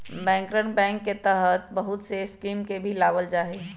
बैंकरवन बैंक के तहत बहुत से स्कीम के भी लावल जाहई